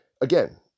again